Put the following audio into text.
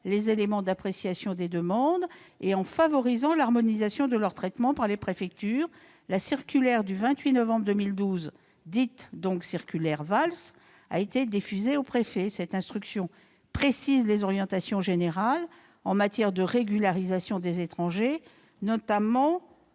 les éléments d'appréciation des demandes et en favorisant l'harmonisation de leur traitement par les préfectures, la circulaire du 28 novembre 2012, dite circulaire Valls, est venue préciser les orientations générales en matière de régularisation des étrangers, notamment